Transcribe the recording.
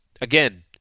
again